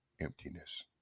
emptiness